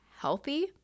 healthy